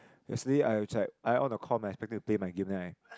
yesterday I was like I on the com and I expected to my game then I